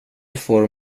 får